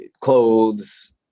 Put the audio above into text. clothes